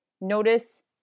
Notice